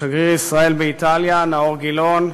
שגריר ישראל באיטליה נאור גילאון,